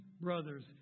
brothers